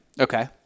Okay